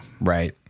Right